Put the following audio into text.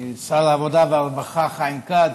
שר העבודה והרווחה חיים כץ,